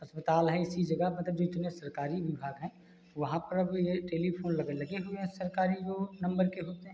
अस्पताल हैं इसी जगह मतलब जितने सरकारी विभाग हैं वहाँ पर अब यह टेलिफ़ोन लग लगे हुए हैं सरकारी जो नंबर के होते हैं